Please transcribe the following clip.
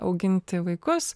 auginti vaikus